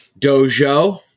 dojo